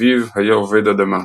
אביו היה עובד אדמה.